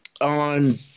on